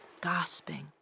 gasping